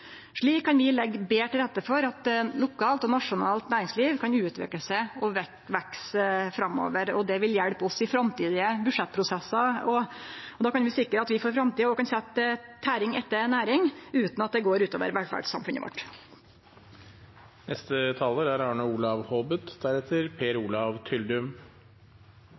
Slik kan vi leggje betre til rette for at lokalt og nasjonalt næringsliv kan utvikle seg og vekse framover, og det vil hjelpe oss i framtidige budsjettprosessar. Då kan vi sikre at vi òg for framtida kan setje tæring etter næring utan at det går ut over velferdssamfunnet vårt. Jeg er en hasteinnkalt vara for representanten Rasmus Hansson. Til vanlig er